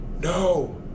No